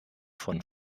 von